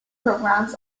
programs